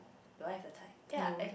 do I have the time ya eh